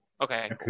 Okay